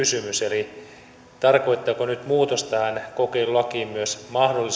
eli tarkoittaako nyt muutos tähän kokeilulakiin myös mahdollisuutta